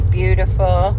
beautiful